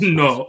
no